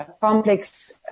complex